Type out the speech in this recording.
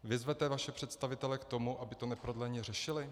Vyzvete vaše představitele k tomu, aby to neprodleně řešili?